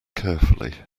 carefully